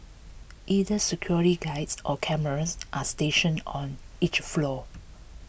either security guards or cameras are stationed on each floor